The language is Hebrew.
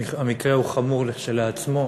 המקרה הוא חמור כשלעצמו,